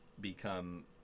become